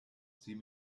sieh